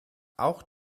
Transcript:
auch